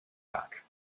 lag